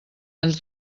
ens